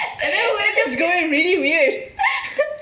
and then where is just going really weird